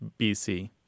BC